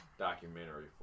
Documentary